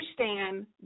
understand